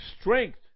strength